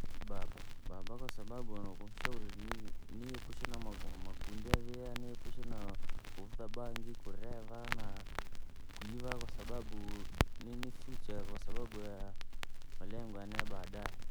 Baba, baba kwasababu unokuunshauri ni- niepushe nama makundi yavia, niepushe nakuvuta bangi, kurevaa na kuiva, kwasababu ni kwasababu ya- yamalengo yane ya ba.